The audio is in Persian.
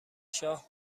شاه